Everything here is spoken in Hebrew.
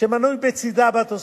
שמנוי בצדה בתוספת,